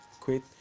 Quit